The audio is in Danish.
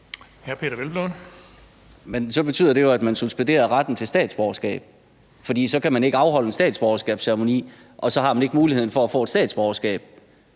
(EL): Men så betyder det jo, at man suspenderer retten til at få statsborgerskab, for så kan der ikke afholdes en statsborgerskabsceremoni, og så har de ikke muligheden for at få et statsborgerskab.